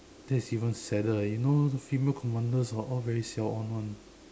that's even sadder you know those female commanders are all very siao on [one]